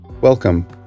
Welcome